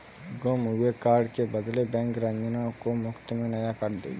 गुम हुए कार्ड के बदले बैंक रंजना को मुफ्त में नया कार्ड देगी